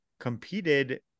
competed